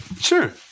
Sure